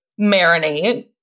marinate